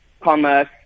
commerce